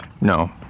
no